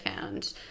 found